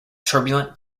turbulent